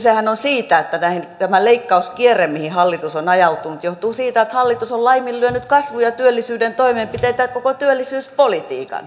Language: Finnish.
kysehän on siitä että tämä leikkauskierre mihin hallitus on ajautunut johtuu siitä että hallitus on laiminlyönyt kasvun ja työllisyyden toimenpiteitä ja koko työllisyyspolitiikan